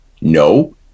no